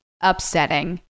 upsetting